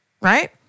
right